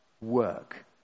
work